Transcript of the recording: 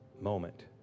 moment